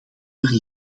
per